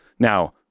Now